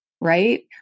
right